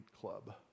club